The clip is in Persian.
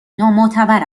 نامعتبر